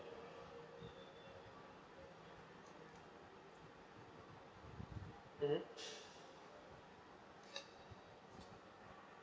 mm